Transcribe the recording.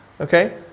Okay